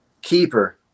keeper